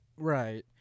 Right